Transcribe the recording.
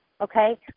Okay